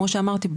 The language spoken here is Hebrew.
כמו שאמרתי,